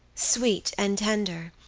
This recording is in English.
sweet and tender,